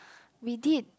we did